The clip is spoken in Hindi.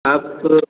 आपको